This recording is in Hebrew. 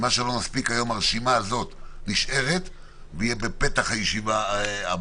ומי שנמצא ברשימה הזו ולא נספיק להגיע אליו היום ידבר בפתח הישיבה הבאה.